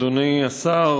אדוני השר,